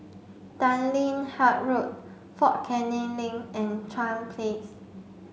Tanglin Halt Road Fort Canning Link and Chuan Place